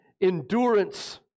endurance